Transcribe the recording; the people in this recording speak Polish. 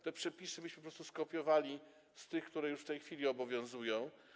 Te przepisy myśmy po prostu skopiowali z tych, które już w tej chwili obowiązują.